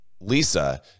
Lisa